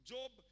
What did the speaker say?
Job